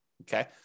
Okay